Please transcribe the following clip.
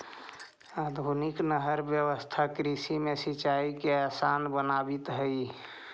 आधुनिक नहर व्यवस्था कृषि में सिंचाई के आसान बनावित हइ